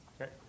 Okay